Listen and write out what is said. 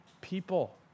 people